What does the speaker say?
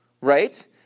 right